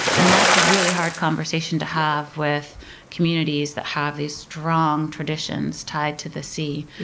and that's a really hard conversation to have with communities that have these strong traditions tied to the sea,